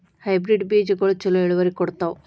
Hybrid ಬೇಜಗೊಳು ಛಲೋ ಇಳುವರಿ ಕೊಡ್ತಾವ?